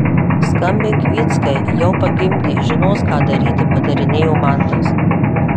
skambink vyckai jau pagimdė žinos ką daryti patarinėjo mantas